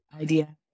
idea